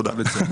תודה.